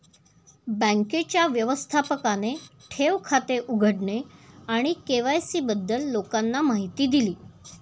बँकेच्या व्यवस्थापकाने ठेव खाते उघडणे आणि के.वाय.सी बद्दल लोकांना माहिती दिली